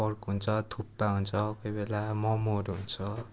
pork हुन्छ थुक्पा हुन्छ कोही बेला ममहरू हुन्छ